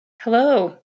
Hello